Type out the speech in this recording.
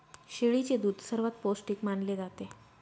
शेळीचे दूध सर्वात पौष्टिक मानले जाते